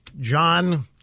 John